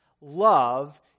Love